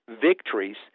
victories